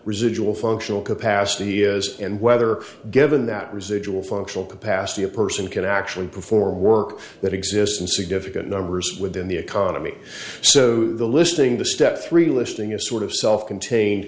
residual functional capacity is and whether given that residual functional capacity a person could actually perform work that exists in significant numbers within the economy so the listing the step three listing you're sort of self contained